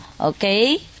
Okay